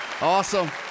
Awesome